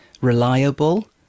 reliable